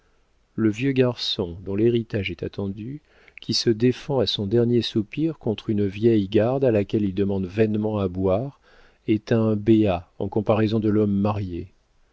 le vieux garçon dont l'héritage est attendu qui se défend à son dernier soupir contre une vieille garde à laquelle il demande vainement à boire est un béat en comparaison de l'homme marié